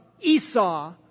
Esau